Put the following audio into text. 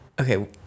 okay